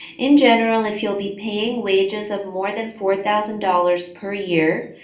in general, if you'll be paying wages of more than four thousand dollars per year,